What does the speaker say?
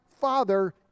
father